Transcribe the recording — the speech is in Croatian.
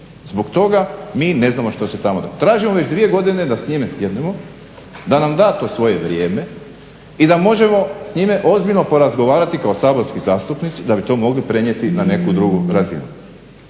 Zbog toga mi ne znamo što se tamo događa. Tražimo već dvije godine da s njima sjednemo, da nam da to svoje vrijeme i da možemo s njime ozbiljno porazgovarati kao saborski zastupnici da bi to mogli prenijeti na neku drugu razini.